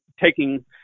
taking